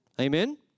amen